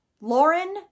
Lauren